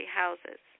houses